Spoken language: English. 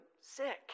sick